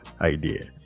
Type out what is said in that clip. idea